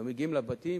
היו מגיעים לבתים,